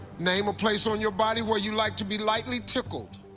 name a place on your body where you like to be lightly tickled.